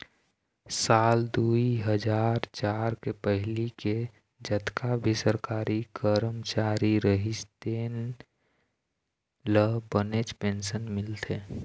साल दुई हजार चार के पहिली के जतका भी सरकारी करमचारी रहिस हे तेन ल बनेच पेंशन मिलथे